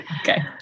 Okay